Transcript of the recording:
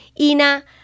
Ina